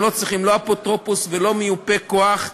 לא צריכים לא אפוטרופוס ולא מיופה כוח,